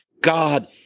God